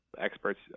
experts